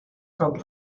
from